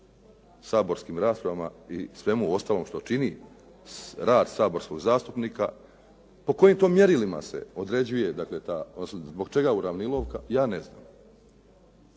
saborskim raspravama i svemu ovome što čini rast saborskog zastupnika. Po kojim to mjerilima se određuje dakle, ta, zbog čega uravnilovka, ja ne znam.